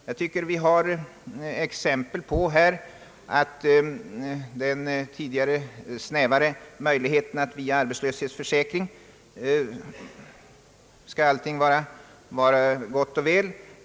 Jag tycker att det finns exempel på den snävare inställningen att med hjälp av arbetslöshetsförsäkring skall allting vara gott och väl.